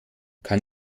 kann